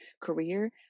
career